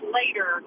later